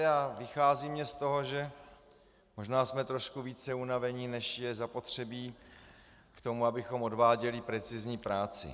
A vychází mně z toho, že možná jsme trošku více unaveni, než je zapotřebí k tomu, abychom odváděli precizní práci.